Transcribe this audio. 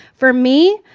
for me,